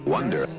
Wonder